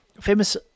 famous